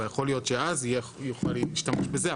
אבל יכול להיות שאז יוכל להשתמש בזה.